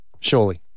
Surely